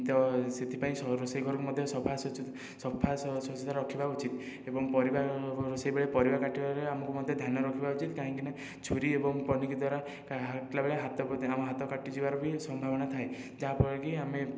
ତ ସେଥିପାଇଁ ରୋଷେଇ ଘରକୁ ମଧ୍ୟ ସଫା ସ୍ୱଛ ସଫା ସ୍ଵଚ୍ଛତା ରଖିବା ଉଚିତ ଏବଂ ପରିବା ରୋଷେଇ ବେଳେ ପରିବା କାଟିବା ବେଳେ ଆମକୁ ମଧ୍ୟ ଧ୍ୟାନ ରଖିବା ଉଚିତ କାହିଁକି ନା ଛୁରୀ ଏବଂ ପନିକି ଦ୍ୱାରା କାଟିଲା ବେଳେ ହାତ କେଉଁ ଦିନ ଆମ ହାତ କଟିଯିବାର ବି ସମ୍ଭାବନା ଥାଏ ଯାହା ଫଳରେ କି ଆମେ